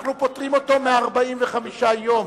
אנחנו פוטרים אותו מ-45 יום,